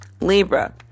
libra